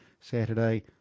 Saturday